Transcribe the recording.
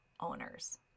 owners